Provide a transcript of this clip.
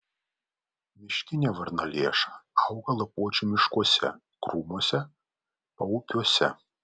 miškinė varnalėša auga lapuočių miškuose krūmuose paupiuose